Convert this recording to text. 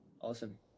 Awesome